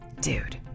Dude